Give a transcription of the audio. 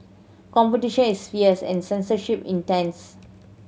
competition is fierce and censorship intense